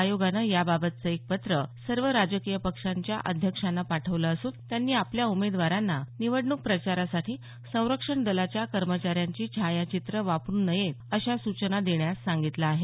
आयोगाने याबाबतचे एक पत्र सर्व राजकीय पक्षांच्या अध्यक्षांना पाठवले असून त्यांनी आपल्या उमेदवारांना निवडणूक प्रचारासाठी संरक्षण दलाच्या कर्मचाऱ्यांची छायाचित्रे वापरू नयेत अशा सूचना देण्यास सांगितलं आहे